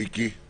מיקי, בבקשה.